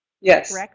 yes